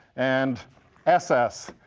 and ss.